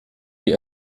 die